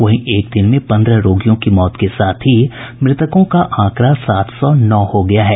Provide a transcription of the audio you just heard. वहीं एक दिन में पन्द्रह रोगियों की मौत के साथ ही मृतकों का आंकड़ा सात सौ नौ हो गया है